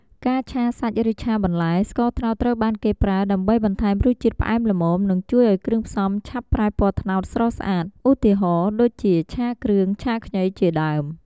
ការឆាសាច់ឬឆាបន្លែ ស្ករត្នោតត្រូវបានគេប្រើដើម្បីបន្ថែមរសជាតិផ្អែមល្មម និងជួយឱ្យគ្រឿងផ្សំឆាប់ប្រែពណ៌ត្នោតស្រស់ស្អាត ឧទាហរណ៍ដូចជា ឆាគ្រឿង ឆាខ្ញី ជាដើម។